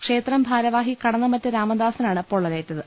ക്ഷേത്രം ഭാരവാഹി കടന്നമറ്റ രാമദാസിനാ ണ് പൊള്ളലേറ്റത്